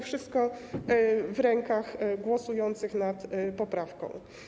Wszystko w rękach głosujących nad poprawką.